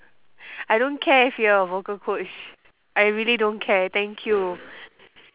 I don't care if you are a vocal coach I really don't care thank you